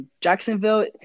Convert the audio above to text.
Jacksonville